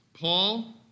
Paul